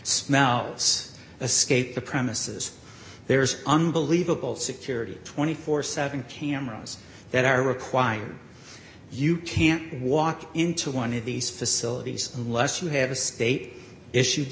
smells escape the premises there's unbelievable security two hundred and forty seven cameras that are required you can't walk into one of these facilities unless you have a state issue